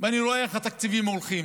ואני רואה איך התקציבים הולכים